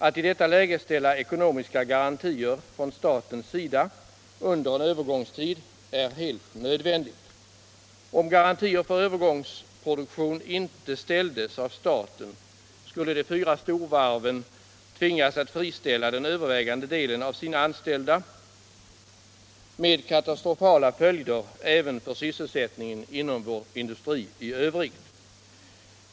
Att i detta läge ställa ekonomiska garantier från statens sida under en övergångstid är helt nödvändigt. Om garantier för övergångsproduktion inte ställdes av staten, skulle de fyra storvarven tvingas att friställa den övervägande delen av sina anställda med katastrofala följder även för sysselsättningen inom vår industri i övrigt.